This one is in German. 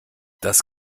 das